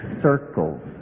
circles